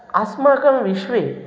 अस्माकं विश्वे